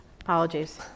apologies